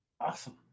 Awesome